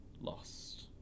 lost